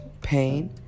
pain